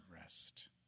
rest